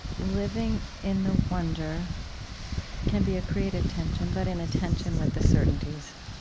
living in the wonder can be a creative tension, but in a tension with the certainties.